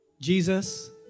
Jesus